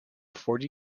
forty